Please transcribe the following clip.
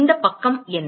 இந்தப் பக்கம் என்ன